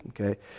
okay